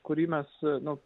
kurį mes nu